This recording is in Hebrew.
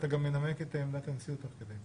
חוות הדעת של השב"כ,